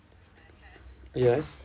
yes